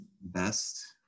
best